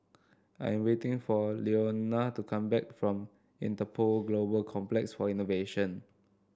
I am waiting for Leona to come back from Interpol Global Complex for Innovation